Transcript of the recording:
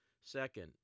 Second